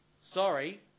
sorry